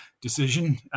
decision